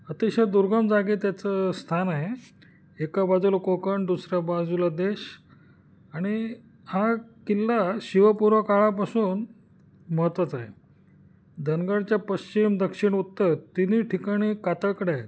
अतिशय दुर्गम जागी त्याचं स्थान आहे एका बाजूला कोकण दुसऱ्या बाजूला देश आणि हा किल्ला शिवपूर्व काळापासून महत्त्वाचा आहे धनगडच्या पश्चिम दक्षिण उत्तर तिन्ही ठिकाणी कातळकडा आहे